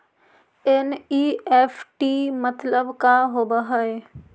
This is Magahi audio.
एन.ई.एफ.टी मतलब का होब हई?